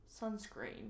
sunscreen